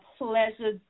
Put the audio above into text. pleasure